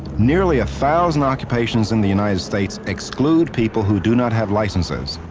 nearly a thousand occupations in the united states exclude people who do not have licenses.